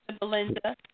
Belinda